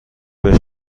بهش